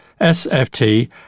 sft